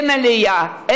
אין עלייה,